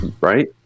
Right